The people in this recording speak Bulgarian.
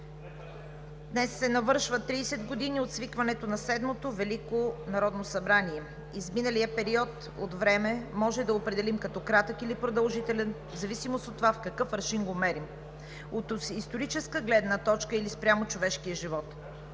днес се навършват 30 години от свикването на Седмото велико народно събрание. Изминалият период от време може да определим като кратък или продължителен в зависимост от това с какъв аршин го мерим – от историческа гледна точка или спрямо човешкия живот,